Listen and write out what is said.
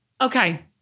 Okay